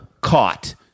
caught